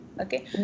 Okay